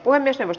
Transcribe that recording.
asia